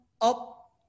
up